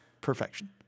perfection